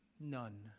None